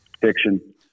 Fiction